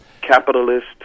capitalist